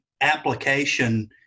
application